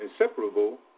inseparable